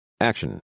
Action